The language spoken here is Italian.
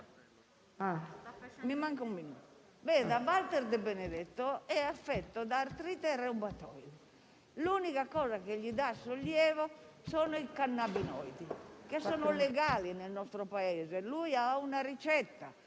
ancora un minuto. Walter De Benedetto è affetto da artrite reumatoide; l'unica cosa che gli dà sollievo sono i cannabinoidi, che sono legali nel nostro Paese. Lui ha una ricetta,